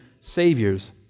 Savior's